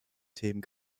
themen